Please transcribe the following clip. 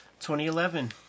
2011